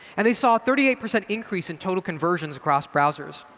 and they saw thirty eight percent increase in total conversions across browsers.